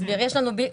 לכם?